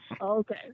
Okay